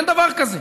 אין דבר כזה.